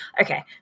okay